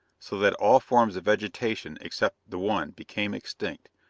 so that all forms of vegetation except the one became extinct,